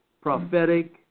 prophetic